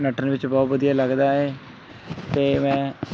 ਨੱਠਣ ਵਿੱਚ ਬਹੁਤ ਵਧੀਆ ਲੱਗਦਾ ਹੈ ਅਤੇ ਮੈਂ